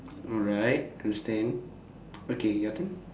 alright understand okay your turn